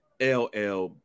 LL